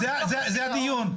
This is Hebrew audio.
זה הדיון.